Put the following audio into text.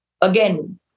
again